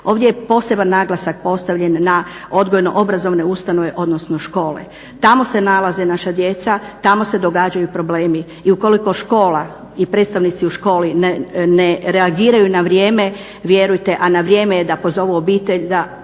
Ovdje je poseban naglasak postavljen na odgojno-obrazovne ustanove, odnosno škole. Tamo se nalaze naša djeca, tamo se događaju problemi i ukoliko škola i predstavnici u školi ne reagiraju na vrijeme vjerujte, a na vrijeme je da pozovu obitelj da